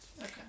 Okay